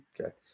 Okay